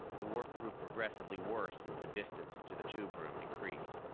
the work grew progressively worse as the distance to the tube-room increased.